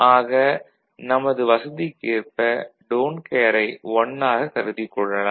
ஆக நமது வசதிக்கேற்ப டோன்ட் கேரை 1 ஆகக் கருதிக் கொள்ளலாம்